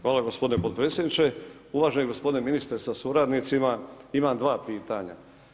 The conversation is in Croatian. Hvala gospodine podpredsjedniče, uvaženi gospodine ministre sa suradnicima, imam dva pitanja.